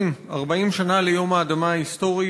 והשאיר ילדים קטנים והשאיר משפחה מוכה,